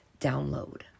download